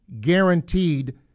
guaranteed